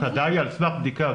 ההתעדה היא על סמך בדיקה,